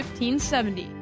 1570